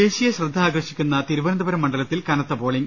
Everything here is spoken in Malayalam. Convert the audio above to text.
ദേശീയ ശ്രദ്ധ ആകർഷിക്കുന്ന തിരുവനന്തപുരം മണ്ഡലത്തിൽ കനത്ത പോളിംങ്